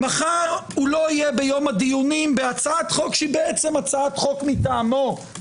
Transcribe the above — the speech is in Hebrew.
מחר לא יהיה ביום הדיונים בהצעת חוק שהיא בעצם הצעת חוק מטעמו.